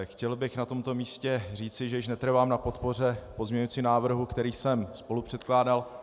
Chtěl bych na tomto místě říci, že již netrvám na podpoře pozměňujícího návrhu, který jsem spolupředkládal.